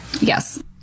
Yes